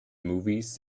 movies